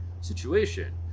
situation